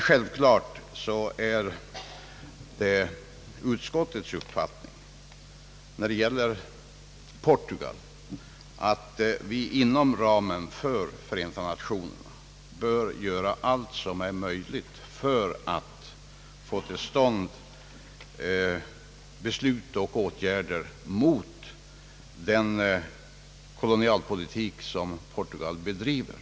Självklart är det utskottets uppfattning när det gäller Portugal, att vi inom ramen för Förenta Nationerna bör göra allt som är möjligt för att få till stånd beslut om åtgärder mot den kolonialpolitik som Portugal bedriver.